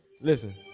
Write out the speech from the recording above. Listen